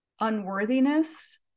unworthiness